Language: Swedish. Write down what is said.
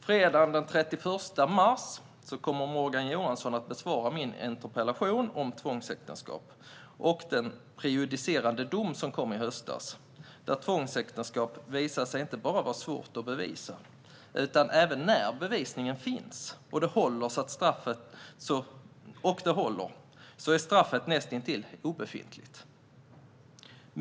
Fredagen den 31 mars kommer Morgan Johansson att besvara min interpellation om tvångsäktenskap och den prejudicerande dom som kom i höstas. Den visade inte bara att det är svårt att bevisa tvångsäktenskap utan också att även när bevisningen finns och håller är straffet näst intill obefintligt.